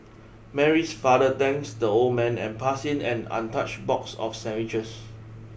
Mary's father thanks the old man and passing him an untouched box of sandwiches